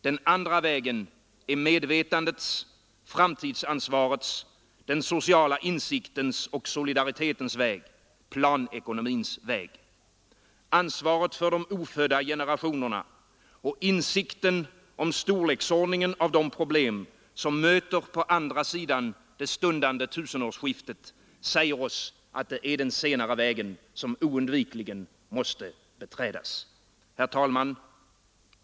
Den andra vägen är medvetandets, framtidsansvarets, den sociala insiktens och solidaritetens väg, planekonomins väg. Ansvaret för de ofödda generationerna och insikten om storleksordningen av de problem som möter på andra sidan det stundande tusenårsskiftet säger oss att det är den senare vägen som oundvikligen måste beträdas. Herr talman!